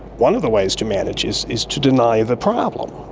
one of the ways to manage is is to deny the problem.